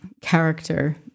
character